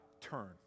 turn